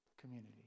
community